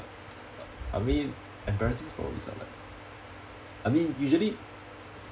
but I mean embarrassing stories are like I mean usually